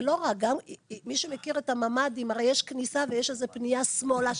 ומי שמכיר את הממ"דים יש כניסה ופנייה שמאלה,